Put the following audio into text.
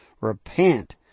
Repent